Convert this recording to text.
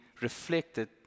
reflected